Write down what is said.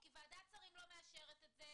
כי ועדת שרים לא מאשרת את זה,